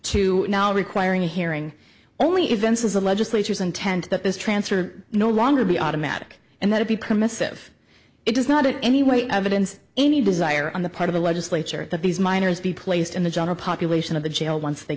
to now requiring a hearing only events is a legislature's intent that this transfer no longer be automatic and that it be permissive it does not it anyway evidence any desire on the part of the legislature that these miners be placed in the general population of the jail once they